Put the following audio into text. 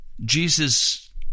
jesus